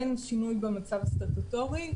אין שינוי במצב הסטטוטורי.